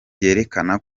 byerekana